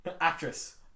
Actress